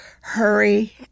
Hurry